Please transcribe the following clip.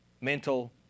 mental